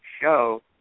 show